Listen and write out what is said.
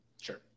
Sure